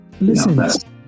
Listen